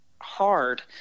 hard